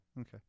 Okay